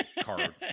card